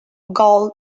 gold